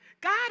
God